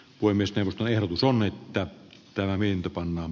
voimistelusta ehdotus on että lämmintä pannaan